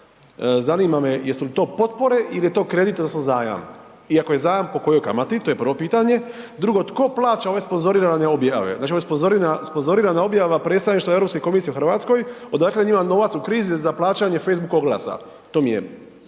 Zanima me jesu li to potpore il je to kredit odnosno zajam? I ako je zajam, po kojoj kamati? To je prvo pitanje. Drugo, tko plaća ove sponzorirane objave? Znači ova sponzorirana objava predstavništvo Europske komisije u RH, odakle njima novac u krizi za plaćanje facebook oglasa? To mi je